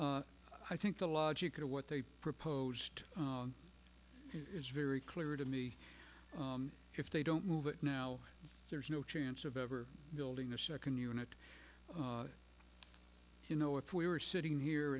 i think the logic of what they proposed it's very clear to me if they don't move it now there's no chance of ever building a second unit you know if we were sitting here